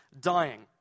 dying